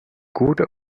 gute